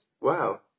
Wow